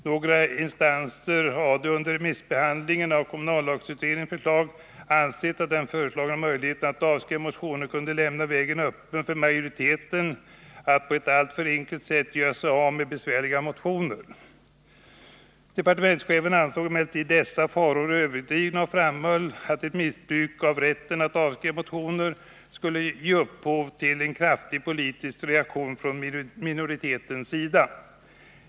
Några instanser hade under remissbehandlingen av kommunallagsutredningens förslag ansett att den föreslagna möjligheten att avskriva motioner kunde lämna vägen öppen för majoriteten att på ett alltför enkelt sätt göra sig av med besvärliga motioner. Departementschefen ansåg emellertid dessa farhågor överdrivna och framhöll att ett missbruk av rätten att avskriva motioner skulle ge upphov till en kraftig politisk reaktion från minoritetens sida.